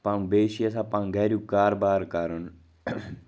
پَنُن بیٚیہِ چھِ یَژھان پَنُن گَریُک کاربار کَرُن